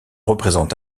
représente